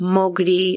mogli